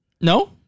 No